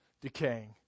decaying